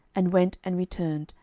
and went and returned,